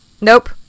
Nope